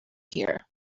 here